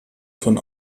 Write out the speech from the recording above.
von